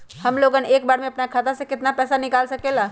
हमलोग एक बार में अपना खाता से केतना पैसा निकाल सकेला?